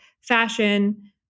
fashion